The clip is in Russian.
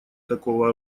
такого